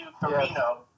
Carino